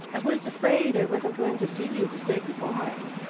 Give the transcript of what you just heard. i was afraid i wasn't going to see you to say good-bye,